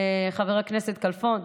חבר הכנסת כלפון,